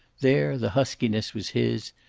there the huskiness was his,